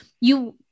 you-